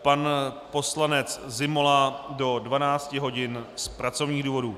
Pan poslanec Zimola do 12 hodin z pracovních důvodů.